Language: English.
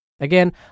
Again